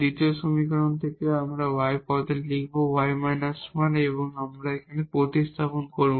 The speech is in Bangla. দ্বিতীয় সমীকরণ থেকেও আমরা y পদে লিখব y − 1 আমরা এখানে প্রতিস্থাপন করব